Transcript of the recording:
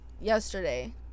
yesterday